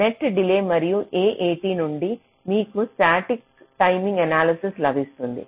net delay మరియు AAT నుండి మీకు స్టాటిక్ టైమ్ అనాలిసిస్ లభిస్తుంది